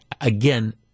Again